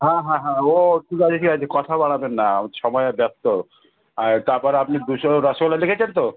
হ্যাঁ হ্যাঁ হ্যাঁ ও ঠিক আছে ঠিক আছে কথা বাড়াবেন না সময় ব্যপ্ত আর তারপরে আপনি দুশো রসগোল্লা লিখেছেন তো